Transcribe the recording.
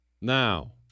now